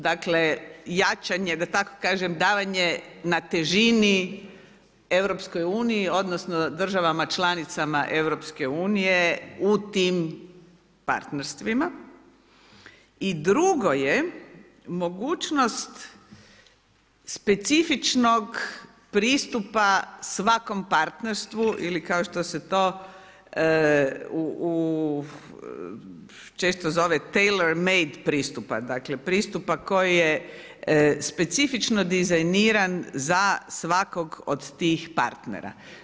Dakle jačanje da tako kažem, davanje na težini EU odnosno državama članicama EU u tim partnerstvima i drugo je mogućnost specifičnog pristupa svakom partnerstvu ili kao što se to često zove tailor made pristupa, dakle pristupa koji je specifično dizajniran za svakog od tih partnera.